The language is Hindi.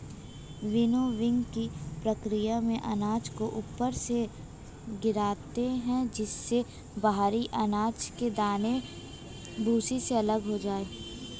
विनोविंगकी प्रकिया में अनाज को ऊपर से गिराते है जिससे भरी अनाज के दाने भूसे से अलग हो जाए